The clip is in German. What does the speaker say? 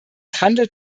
handelt